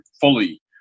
fully